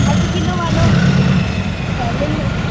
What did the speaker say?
अधु किलो वालो हलंदो